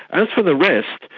as for the rest,